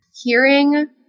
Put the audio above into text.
Hearing